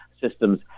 systems